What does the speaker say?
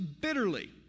bitterly